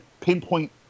pinpoint